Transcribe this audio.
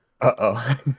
Uh-oh